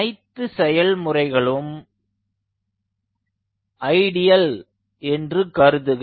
அனைத்து செயல்முறைகளும் ஐடியல் என்று கருதுக